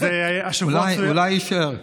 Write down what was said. אולי יישאר.